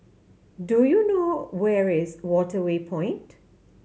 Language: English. do you know where is Waterway Point